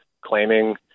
claiming